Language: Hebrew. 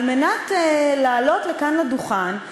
על מנת לעלות לכאן לדוכן,